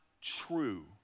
true